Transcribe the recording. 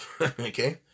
Okay